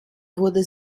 wurde